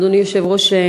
אדוני היושב-ראש,